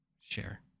Share